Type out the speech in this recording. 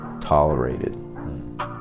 tolerated